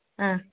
ಹಾಂ